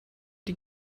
die